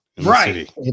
Right